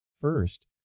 First